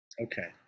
Okay